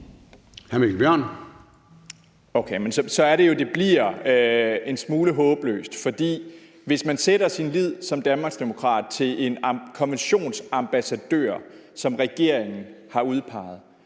Okay. Jamen så er det jo, det bliver en smule håbløst, for hvis man som danmarksdemokrat sætter sin lid til en konventionsambassadør, som regeringen har udpeget,